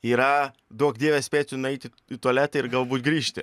yra duok dieve spėti nueiti į tualetą ir galbūt grįžti